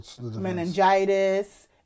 meningitis